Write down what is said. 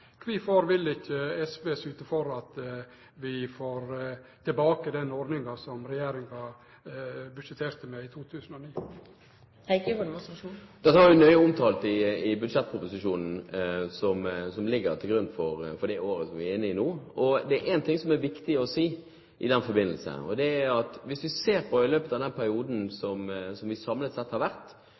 vil ikkje SV syte for at vi får tilbake den ordninga som regjeringa budsjetterte med i 2009? Dette var nøye omtalt i budsjettproposisjonen for det året vi er inne i nå. Det er en ting som er viktig å si i den forbindelse, og det er at hvis vi ser på den perioden som vi samlet sett har